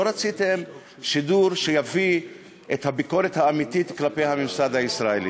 לא רציתם שידור שיביא את הביקורת האמיתית כלפי הממסד הישראלי,